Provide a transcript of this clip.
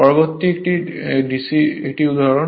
পরবর্তী এটি একটি উদাহরণ